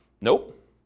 nope